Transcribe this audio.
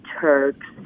Turks